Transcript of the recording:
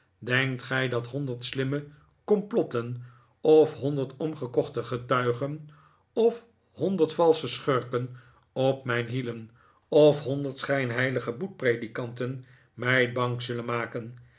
denkt gij dat honderd slimme complotten of honderd omgekochte getuigen of honderd valsche schurken op mijn hielen of honderd schijnheilige boetpredikaties mij bang zullen maken